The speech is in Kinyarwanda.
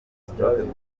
stroke